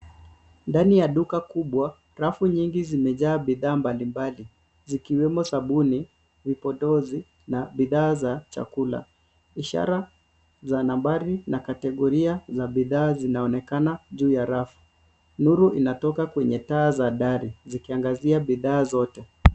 Ndani ya duka kubwa rafu nyingi zimejaa bidhaa mbalimbali zikiwemo sabuni, vipodozi na bidhaa za chakula. Ishara za nambari na kategoria za bidhaa zinaonekana juu ya rafu. Nuru inatoka kwenye taa za dari zikiangazia bidhaa zote.